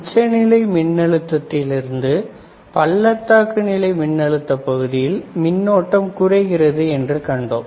உச்ச நிலை மின் அழுத்தத்திலிருந்து பள்ளத்தாக்கு நிலை மின்னழுத்த பகுதியில் மின்னோட்டம் குறைகிறது என்று கண்டோம்